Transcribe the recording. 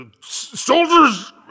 Soldiers